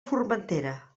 formentera